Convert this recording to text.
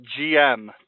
GM